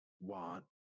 want